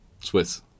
Swiss